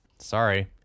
Sorry